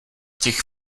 těch